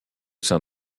sein